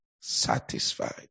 satisfied